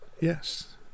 yes